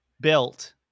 built